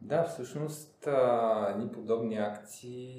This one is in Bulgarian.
Да, всъщност, а, ни подобни акции